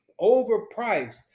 overpriced